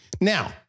Now